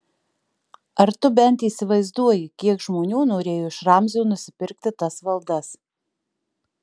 ar tu bent įsivaizduoji kiek žmonių norėjo iš ramzio nusipirkti tas valdas